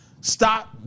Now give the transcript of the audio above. stop